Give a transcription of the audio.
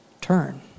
turn